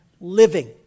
Living